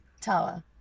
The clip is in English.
Tower